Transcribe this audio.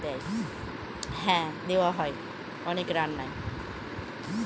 বে লিফ মানে হচ্ছে তেজ পাতা যেটা অনেক খাবারের রান্নায় দেয়